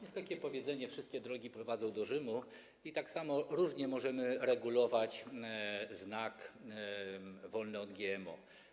Jest takie powiedzenie: wszystkie drogi prowadzą do Rzymu - i tak samo różnie możemy regulować znak „wolne od GMO”